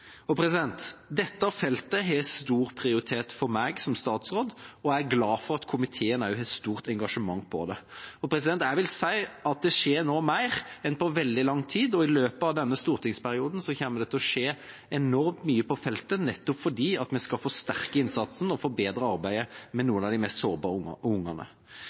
Dette feltet har stor prioritet for meg som statsråd, og jeg er glad for at komiteen også har et stort engasjement for det. Jeg vil si at det nå skjer mer enn på veldig lang tid, og i løpet av denne stortingsperioden kommer det til å skje enormt mye på feltet nettopp fordi vi skal forsterke innsatsen og forbedre arbeidet for noen av de mest sårbare ungene.